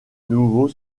nouveau